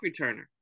returner